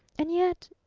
and yet,